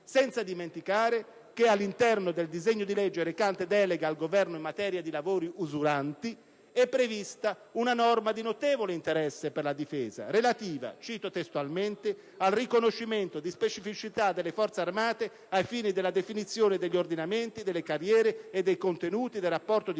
Senza dimenticare che, all'interno del disegno di legge recante delega al Governo in materia di lavori usuranti, è prevista una norma di notevole interesse per la Difesa, relativa - cito testualmente - «al riconoscimento di specificità delle Forze armate ai fini della definizione degli ordinamenti, delle carriere e dei contenuti del rapporto di